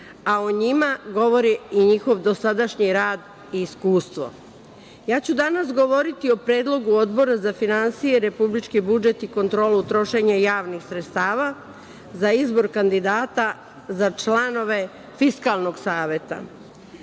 a o njima govori i njihov dosadašnji rad i iskustvo. Danas ću govoriti o predlogu Odbora za finansije, republički budžet i kontrolu trošenja javnih sredstava za izbor kandidata za članove Fiskalnog saveta.